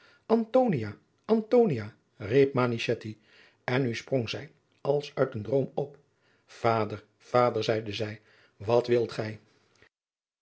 riep manichetti en nu sprong zij als uit een droom op vader vader zeide zij wat wilt gy